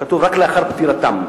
כתוב, "רק לאחר פטירתם".